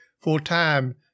full-time